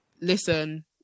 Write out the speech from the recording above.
Listen